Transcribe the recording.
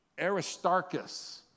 Aristarchus